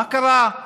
מה קרה,